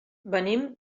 venim